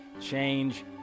change